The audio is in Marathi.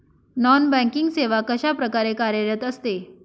नॉन बँकिंग सेवा कशाप्रकारे कार्यरत असते?